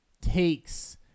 takes